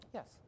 Yes